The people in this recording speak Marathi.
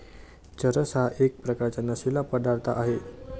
चरस हा एक प्रकारचा नशीला पदार्थ आहे